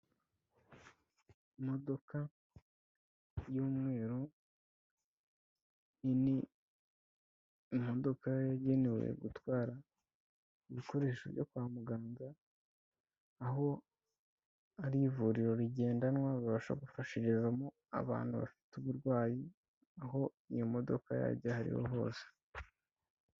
Imodoka y'umweru nini, imodoka yagenewe gutwara ibikoresho byo kwa muganga, aho ari ivuriro rigendanwa babasha gufashirizamo abantu bafite uburwayi, aho iyo modoka yajya ariho hose.